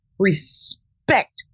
respect